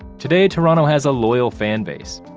today, toronto has a loyal fanbase,